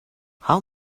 how